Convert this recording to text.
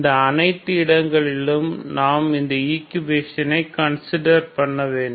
இந்த அனைத்து இடங்களிலும் நாம் இந்த ஈக்குவேஷனை கன்சிடர் பன்ன வேண்டும்